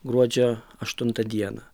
gruodžio aštuntą dieną